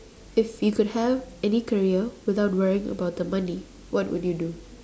if you could have any career without worrying about the money what would you do